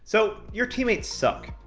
so your teammates suck.